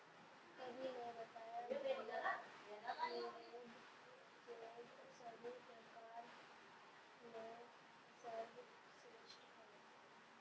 कवि ने बताया बीमा निवेश के सभी प्रकार में सर्वश्रेष्ठ है